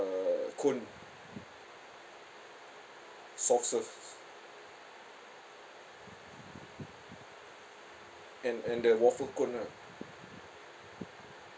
uh cone soft serve and and the waffle cone ah